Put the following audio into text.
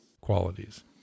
qualities